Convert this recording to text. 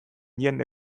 jende